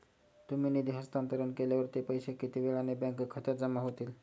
तुम्ही निधी हस्तांतरण केल्यावर ते पैसे किती वेळाने बँक खात्यात जमा होतील?